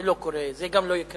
זה לא קורה, זה גם לא יקרה.